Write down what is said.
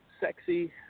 sexy